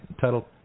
title